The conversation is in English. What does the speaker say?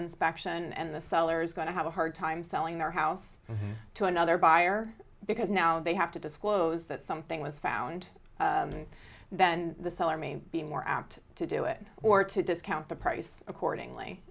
inspection and the seller is going to have a hard time selling their house to another buyer because now they have to disclose that something was found and then the seller may be more apt to do it or to discount the price accordingly